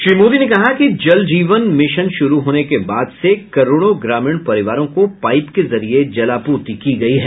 श्री मोदी ने कहा कि जलजीवन मिशन शुरू होने के बाद से करोड़ों ग्रामीण परिवारों को पाईप के जरिये जलापूर्ति की गई है